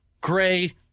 Gray